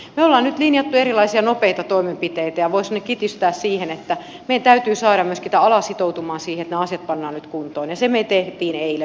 me olemme nyt linjanneet erilaisia nopeita toimenpiteitä ja voisin ne kiteyttää niin että meidän täytyy saada myöskin tämä ala sitoutumaan siihen että nämä asiat pannaan nyt kuntoon ja sen me teimme eilen